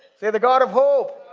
say, the god of hope.